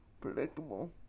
predictable